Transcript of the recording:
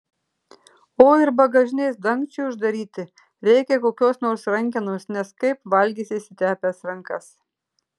o ir bagažinės dangčiui uždaryti reikia kokios nors rankenos nes kaip valgysi išsitepęs rankas